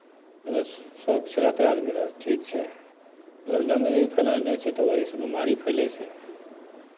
अगर स्वच्छ रहतै आदमी तऽ ठीक छै अगर गन्दगी फैलयने छै तऽ ओहीसँ बेमारी फैलै छै